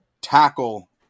tackle